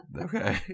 Okay